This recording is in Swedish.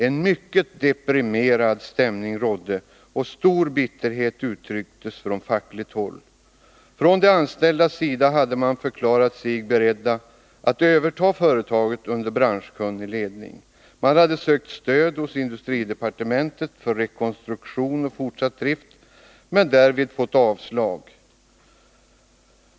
En mycket deprimerad stämning rådde och stor bitterhet uttrycktes från fackligt håll. Från de anställdas sida hade man förklarat sig beredd att överta företaget under branschkunnig ledning. Man hade sökt stöd hos industridepartementet för rekonstruktion och fortsatt drift men därvid fått avslag.